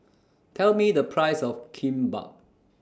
Tell Me The Price of Kimbap